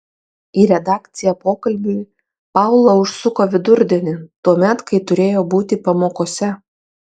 į redakciją pokalbiui paula užsuko vidurdienį tuomet kai turėjo būti pamokose